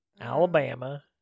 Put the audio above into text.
Alabama